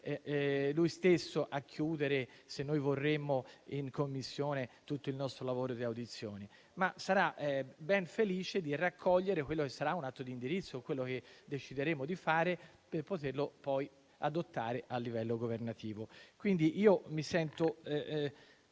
lui stesso a chiudere, se noi vorremo, in Commissione, tutto il nostro lavoro di audizioni, ma che sarà ben felice di raccogliere quello che sarà un atto di indirizzo o ciò che decideremo di fare, per poterlo poi adottare a livello governativo. Quindi mi sento